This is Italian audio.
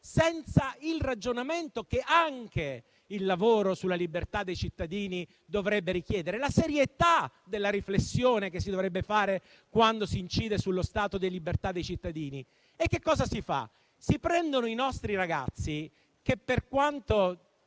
senza il ragionamento che anche il lavoro sulla libertà dei cittadini dovrebbe richiedere, la serietà della riflessione che si dovrebbe fare quando si incide sullo stato di libertà dei cittadini. Che cosa si fa? Si prendono i nostri ragazzi, che, per quanto